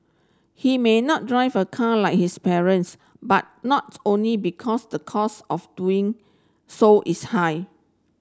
he may not drive a car like his parents but not only because the cost of doing so is high